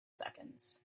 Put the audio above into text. seconds